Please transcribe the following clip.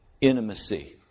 intimacy